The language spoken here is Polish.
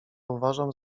uważam